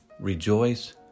rejoice